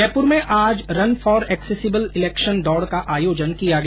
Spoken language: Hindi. जयपुर में आज सुबह रन फॉर एक्सेसिबल इलेक्शन दौड़ का आयोजन किया गया